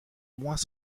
moins